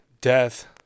death